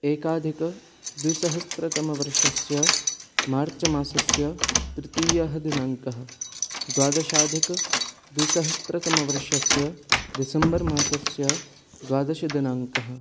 एकाधिकद्विसहस्रतमवर्षस्य मार्च् मासस्य तृतीयः दिनाङ्कः द्वादशाधिकद्विसहस्रतमवर्षस्य दिसम्बर् मासस्य द्वादशदिनाङ्कः